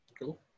Cool